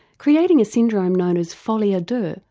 creating a syndrome know as folie a deux,